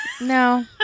No